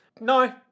No